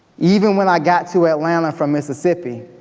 even when i got to atlanta from mississippi,